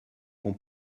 qu’on